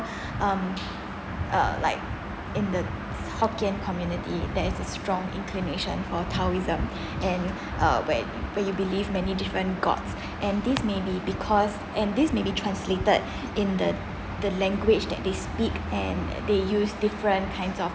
um uh like in the hokkien community there is a strong inclination for taoism and uh where where you believe many different gods and this may be because and this may be translated in the the language that they speak and they use different kinds of